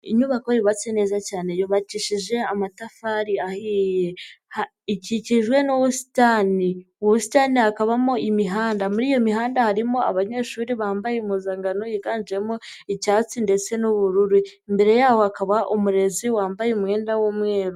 Inyubako yubatse neza cyane yubakishije amatafari ahiye, ikikijwe n'ubusitani, ubusitani hakabamo imihanda, muri iyo mihanda harimo abanyeshuri bambaye impuzankano yiganjemo icyatsi ndetse n'ubururu imbere yabo hakaba umurezi wambaye umwenda w'umweru.